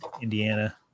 indiana